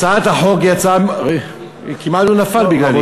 הצעת החוק היא הצעה, כמעט הוא נפל בגללי.